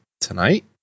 Tonight